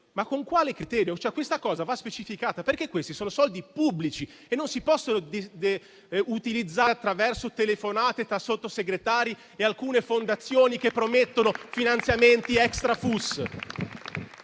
ma con quale criterio? Questa cosa va specificata, perché questi sono soldi pubblici e non si possono utilizzare attraverso telefonate tra Sottosegretari e alcune fondazioni che promettono finanziamenti extra-FUS.